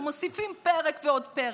שמוסיפים פרק ועוד פרק,